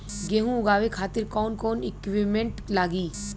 गेहूं उगावे खातिर कौन कौन इक्विप्मेंट्स लागी?